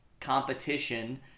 competition